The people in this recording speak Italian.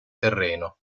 terreno